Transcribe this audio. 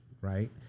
right